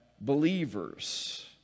believers